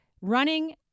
running